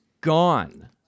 gone